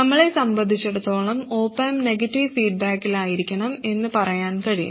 നമ്മളെ സംബന്ധിച്ചിടത്തോളം op amp negative ഫീഡ്ബാക്കിലായിരിക്കണം എന്ന് പറയാൻ കഴിയും